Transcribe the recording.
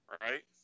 Right